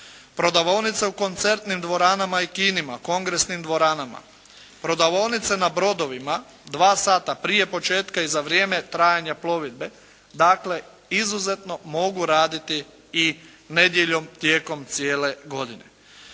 prodavaonica u koncertnim dvoranama i kinima, kongresnim dvoranama, prodavaonice na brodovima dva sata prije početka i za vrijeme trajanja plovidbe, dakle izuzetno mogu raditi i nedjeljom tijekom cijele godine.